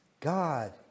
God